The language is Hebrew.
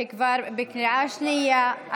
שכבר בקריאה שנייה.